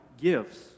gifts